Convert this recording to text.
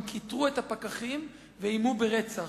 הם כיתרו את הפקחים ואיימו ברצח.